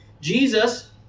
Jesus